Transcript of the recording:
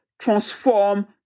transform